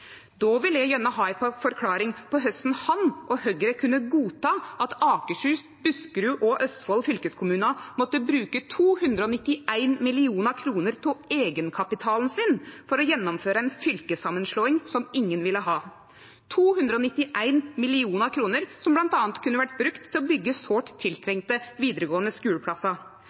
Då vil eg gjerne ha ei forklaring på korleis han og Høgre kunne godta at Akershus, Buskerud og Østfold fylkeskommunar måtte bruke 291 mill. kr av eigenkapitalen sin for å gjennomføre ei fylkessamanslåing som ingen ville ha. Det var 291 mill. kr som bl.a. kunne ha vore brukte til å byggje heilt nødvendige vidaregåande skuleplassar.